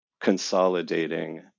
consolidating